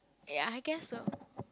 ya I guess so